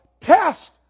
Test